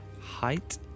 Height